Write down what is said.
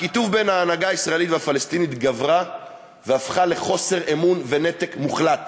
הקיטוב בין ההנהגה הישראלית לפלסטינית גבר והפך לחוסר אמון ונתק מוחלט